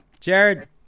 Jared